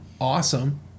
awesome